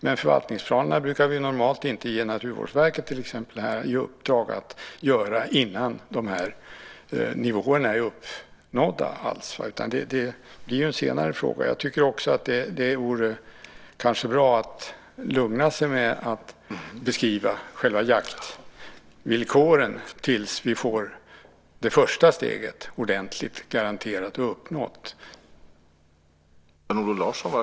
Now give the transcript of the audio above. Men vi brukar ju normalt inte ge till exempel Naturvårdsverket här i uppdrag att göra förvaltningsplanerna innan nivåerna är uppnådda, utan det är ju en senare fråga. Jag tycker också att det vore bra att lugna sig med att beskriva själva jaktvillkoren tills vi får det första steget ordentligt uppnått och garanterat.